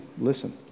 listen